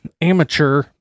amateur